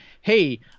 Hey